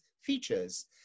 features